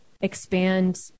expand